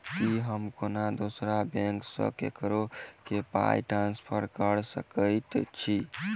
की हम कोनो दोसर बैंक सँ ककरो केँ पाई ट्रांसफर कर सकइत छि?